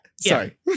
sorry